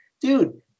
dude